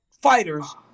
fighters